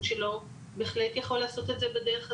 שלו בהחלט יכול לעשות את זה בדרך הזו,